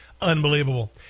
unbelievable